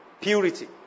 Purity